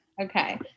Okay